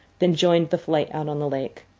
then joined the flight out on the lake.